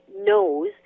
knows